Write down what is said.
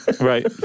Right